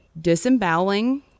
disemboweling